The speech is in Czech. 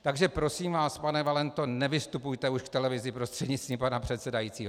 Takže prosím vás, pane Valento, nevystupujte už k televizi, prostřednictvím pana předsedajícího.